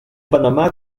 panamá